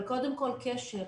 אבל קודם כול, קשר.